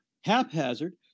haphazard